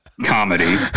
comedy